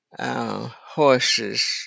Horses